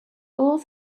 all